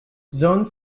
zone